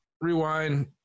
rewind